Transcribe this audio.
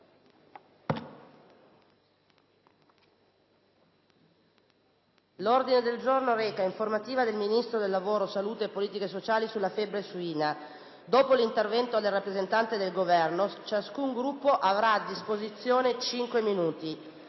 L'ordine del giorno reca: «Informativa del Ministro del lavoro, della salute e delle politiche sociali sulla febbre suina». Dopo l'intervento del rappresentante del Governo, ciascun Gruppo avrà a disposizione cinque minuti.